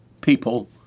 people